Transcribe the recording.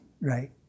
right